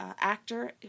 actor